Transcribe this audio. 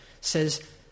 says